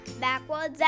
backwards